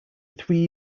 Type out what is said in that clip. three